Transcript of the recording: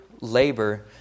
labor